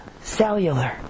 cellular